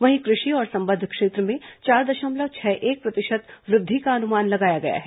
वहीं कृषि और संबद्ध क्षेत्र में चार दशमलव छह एक प्रतिशत वृद्धि का अनुमान लगाया गया है